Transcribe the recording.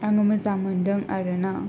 आङो मोजां मोनदों आरोना